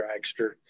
dragster